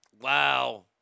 Wow